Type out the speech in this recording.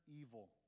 evil